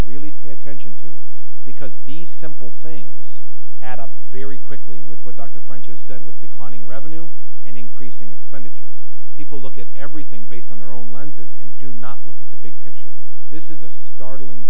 really pay attention to because these simple things add up very quickly with what dr french's said with declining revenue and increasing expenditures people look at everything based on their own lenses and do not look at the big picture this is a startling